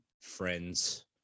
friends